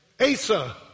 Asa